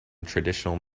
traditional